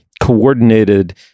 coordinated